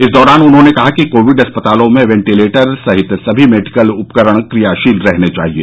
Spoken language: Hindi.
इस दौरान उन्होंने कहा कि कोविड अस्पतालों में वेंटीलेटर सहित सभी मेडिकल उपकरण क्रियाशील रहने चाहिये